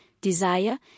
desire